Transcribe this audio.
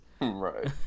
Right